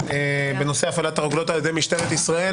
בנושא הפעלת הרוגלות על ידי משטרת ישראל,